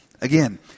again